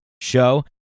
show